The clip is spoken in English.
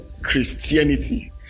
christianity